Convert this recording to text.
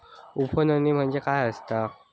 उफणणी म्हणजे काय असतां?